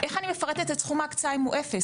איך אני מפרטת את סכום ההקצאה אם הוא אפס?